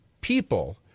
people